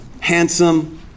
handsome